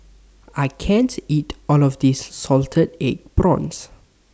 I can't eat All of This Salted Egg Prawns